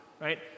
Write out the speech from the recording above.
right